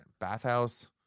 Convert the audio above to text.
bathhouse